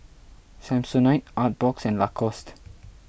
Samsonite Artbox and Lacoste